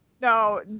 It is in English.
no